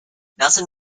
nelson